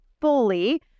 fully